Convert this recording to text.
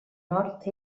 nord